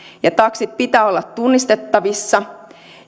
taksien pitää olla tunnistettavissa